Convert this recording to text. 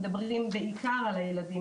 מדברים בעיקר על הילדים,